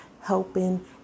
helping